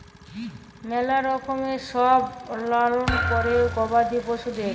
ম্যালা রকমের সব লালল ক্যরে গবাদি পশুদের